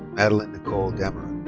madelyn nicole dameron.